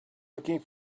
looking